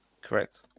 Correct